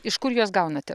iš kur juos gaunate